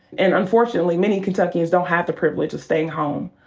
and unfortunately, many kentuckians don't have the privilege of staying home,